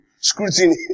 scrutiny